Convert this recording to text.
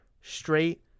straight